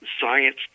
science